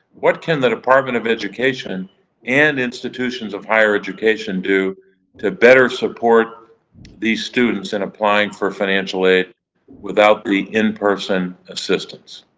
what can the department of education and institutions of higher education do to better support these students in applying for financial aid without the in-person assistance?